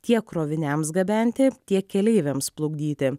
tiek kroviniams gabenti tiek keleiviams plukdyti